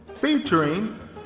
featuring